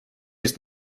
ist